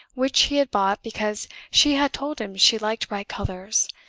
which he had bought because she had told him she liked bright colors,